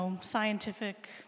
scientific